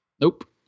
Nope